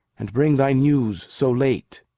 and bring thy news so late?